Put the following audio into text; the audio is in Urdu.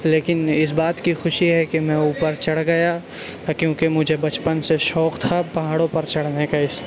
لیکن اس بات کی خوشی ہے کہ میں اوپر چڑھ گیا کیونکہ مجھے بچپن سے شوق تھا پہاڑوں پر چڑھنے کا اس لیے